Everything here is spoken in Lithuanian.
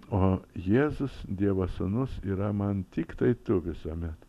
o jėzus dievo sūnus yra man tiktai tu visuomet